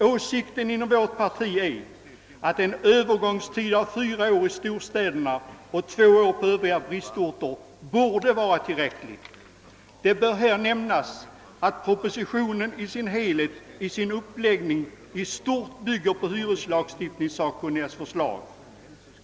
Åsikten inom vårt parti är att en övergångstid av fyra år inom storstäderna och av två år på övriga bristorter borde vara tillräcklig. Det bör nämnas att propositionen i sin uppläggning i stort bygger på hyreslagstiftningssakkunnigas förslag.